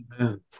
Amen